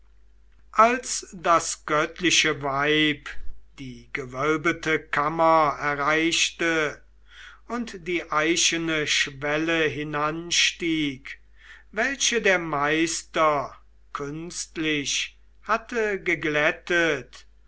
als das göttliche weib die gewölbete kammer erreichte und die eichene schwelle hinanstieg welche der meister künstlich hatte geglättet